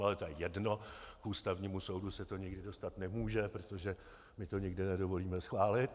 Ale to je jedno, k Ústavnímu soudu se to nikdy dostat nemůže, protože my to nikdy nedovolíme schválit.